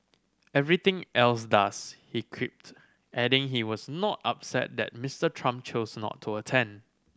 everything else does he quipped adding he was not upset that Mister Trump chose not to attend